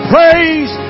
Praise